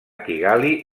kigali